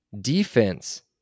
defense